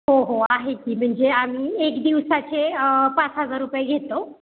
हो हो आहे की म्हणजे आम्ही एक दिवसाचे पाच हजार रुपये घेतो